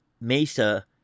Mesa